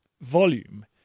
volume